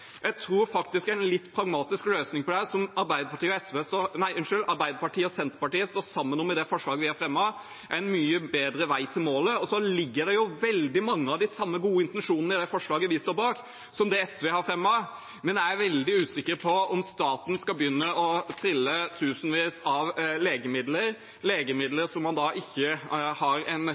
Jeg tror faktisk en litt pragmatisk løsning på det, som Arbeiderpartiet og Senterpartiet står sammen om i det forslaget vi har fremmet, er en mye bedre vei til målet. Så ligger det jo veldig mange av de samme gode intensjonene i det forslaget vi står bak, som det SV har fremmet. Men jeg er veldig usikker på om staten skal begynne å trille tusenvis av legemidler, legemidler som man ikke har